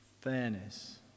fairness